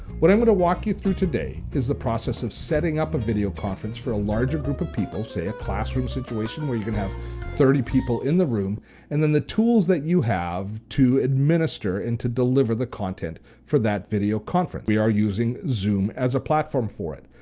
what i'm gonna walk you through today is the process of setting up a video conference for a larger group of people, say a classroom situation where you can have thirty people in the room and then the tools that you have to administer and to deliver the content for that video conference. we are using zoom as a platform for it.